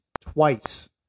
twice